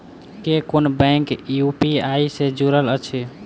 केँ कुन bank UPI सँ जुड़ल अछि?